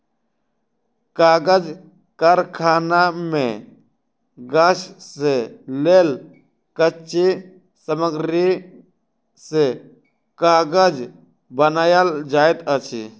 कागज़ कारखाना मे गाछ से लेल कच्ची सामग्री से कागज़ बनायल जाइत अछि